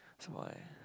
boy